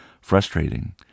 frustrating